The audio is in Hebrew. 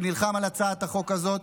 שנלחם על הצעת החוק הזאת.